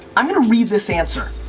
i'm going to read this answer,